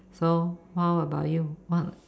so how about you what